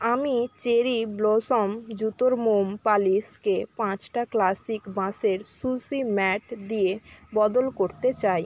আমি cherry blossom জুতোর মোম পালিশকে পাঁচটা ক্লাসিক বাঁশের সুশি ম্যাট দিয়ে বদল করতে চাই